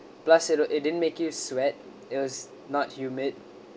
plus you know it didn't make you sweat it was not humid